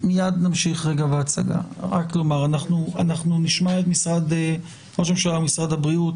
נשמע את משרד ראש הממשלה ומשרד הבריאות,